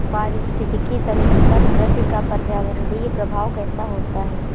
पारिस्थितिकी तंत्र पर कृषि का पर्यावरणीय प्रभाव कैसा होता है?